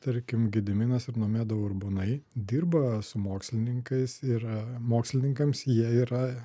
tarkim gediminas ir nomeda urbonai dirba su mokslininkais yra mokslininkams jie yra